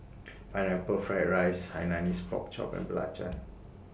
Pineapple Fried Rice Hainanese Pork Chop and Belacan